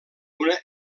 una